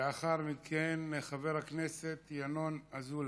ולאחר מכן, חבר הכנסת ינון אזולאי.